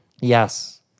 Yes